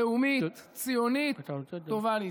לאומית, ציונית, טובה לישראל.